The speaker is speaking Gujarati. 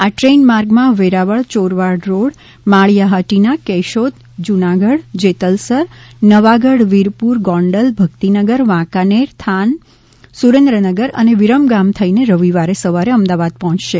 આ ટ્રેન માર્ગમાં વેરાવળ ચોરવાડ રોડ માળીયા હાટીના કેશોદ જુનાગઢ જેતલસર નવાગઢ વિરપુર ગોંડલ ભક્તિનગર વાંકાનેર થાન સુરેન્દ્રનગર અને વિરમગામ થઈને રવિવારે સવારે અમદાવાદ પર્હોચશે